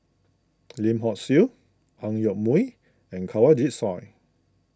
Lim Hock Siew Ang Yoke Mooi and Kanwaljit Soin